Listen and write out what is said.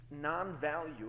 non-value